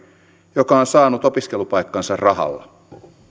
joka on saanut opiskelupaikkansa rahalla